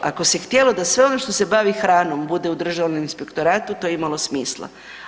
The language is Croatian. Ako se htjelo da sve ono što se bavi hranom bude u Državnom inspektoratu to je imalo smisla.